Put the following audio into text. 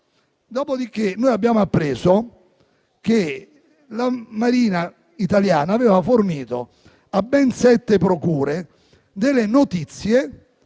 Dopodiché, abbiamo appreso che la Marina italiana aveva fornito a ben sette procure notizie